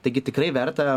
taigi tikrai verta